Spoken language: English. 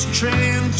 train